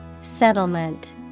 Settlement